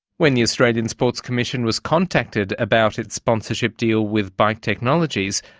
when the australian sports commission was contacted about its sponsorship deal with bike technologies,